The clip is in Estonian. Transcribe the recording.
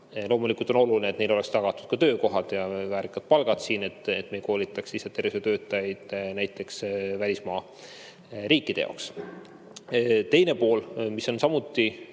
Loomulikult on oluline, et neile oleks tagatud ka töökohad ja väärikad palgad ning et me ei koolitaks lihtsalt tervishoiutöötajaid näiteks välisriikide jaoks. Teine pool, mis on samuti